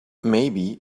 maybe